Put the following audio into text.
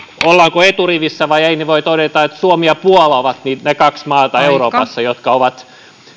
ollaanko eturivissä vai ei niin voi todeta että suomi ja puola ovat ne kaksi maata euroopassa jotka ovat